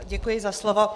Děkuji za slovo.